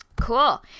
Cool